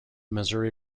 missouri